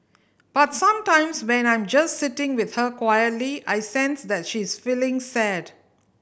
but sometimes when I'm just sitting with her quietly I sense that she is feeling sad